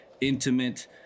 intimate